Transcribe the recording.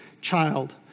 child